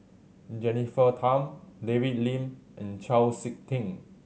Jennifer Tham David Lim and Chau Sik Ting